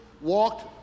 walked